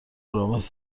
آرامش